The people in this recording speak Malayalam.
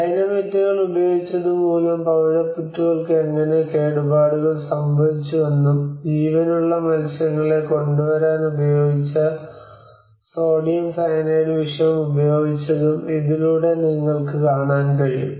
ഡൈനാമൈറ്റുകൾ ഉപയോഗിച്ചതു മൂലം പവിഴപ്പുറ്റുകൾക്ക് എങ്ങനെ കേടുപാടുകൾ സംഭവിച്ചുവെന്നും ജീവനുള്ള മത്സ്യങ്ങളെ കൊണ്ടുവരാൻ ഉപയോഗിച്ച സോഡിയം സയനൈഡ് വിഷം ഉപയോഗിച്ചതും ഇതിലൂടെ നിങ്ങൾക്ക് കാണാൻ കഴിയും